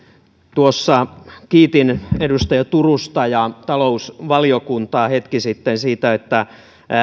tuossa kiitin edustaja turusta ja talousvaliokuntaa hetki sitten siitä että